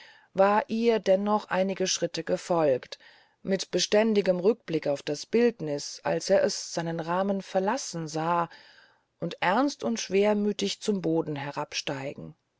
war ihr dennoch einige schritte gefolgt mit beständigem rückblick auf das bildniß als er es seinen rahmen verlassen sah und ernst und schwermüthig zum boden